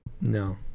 No